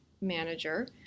manager